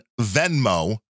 Venmo